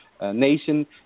nation